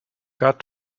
got